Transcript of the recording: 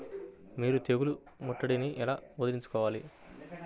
మీరు తెగులు ముట్టడిని ఎలా వదిలించుకోవాలి?